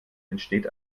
entsteht